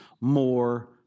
more